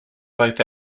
both